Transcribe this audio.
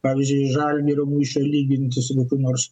pavyzdžiui žalgirio mūšio lyginti su kokiu nors